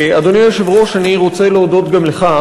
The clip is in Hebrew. אדוני היושב-ראש, אני רוצה להודות גם לך